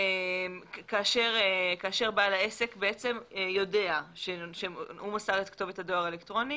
כאשר בעל העסק יודע שהוא מסר את כתובת הדואר האלקטרוני